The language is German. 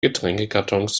getränkekartons